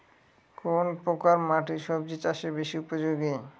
কোন প্রকার মাটি সবজি চাষে বেশি উপযোগী?